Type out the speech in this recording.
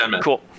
cool